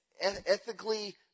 ethically